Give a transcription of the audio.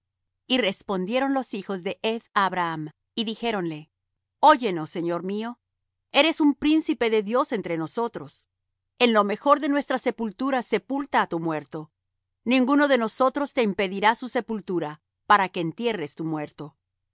y respondieron los hijos de heth á abraham y dijéronle oyenos señor mío eres un príncipe de dios entre nosotros en lo mejor de nuestras sepulturas sepulta á tu muerto ninguno de nosotros te impedirá su sepultura para que entierres tu muerto